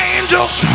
Angels